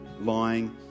lying